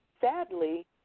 Sadly